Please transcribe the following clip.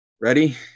ready